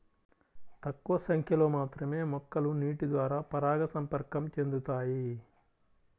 తక్కువ సంఖ్యలో మాత్రమే మొక్కలు నీటిద్వారా పరాగసంపర్కం చెందుతాయి